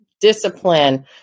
discipline